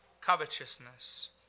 covetousness